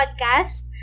podcast